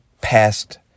past